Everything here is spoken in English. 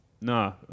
No